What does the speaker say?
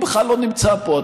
הוא בכלל לא נמצא פה.